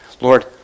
Lord